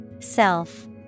Self